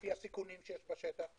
לפי הסיכונים שיש בשטח.